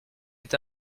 est